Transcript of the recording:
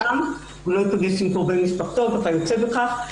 ולא ייפגש עם הנאשם או עם קרובי משפחתו וכיוצא בכך.